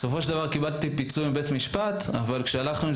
בסופו של דבר קיבלתי פיצויים מבית משפט אבל כשהלכנו עם